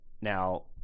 Now